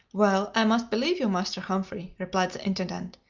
well, i must believe you, master humphrey, replied the intendant.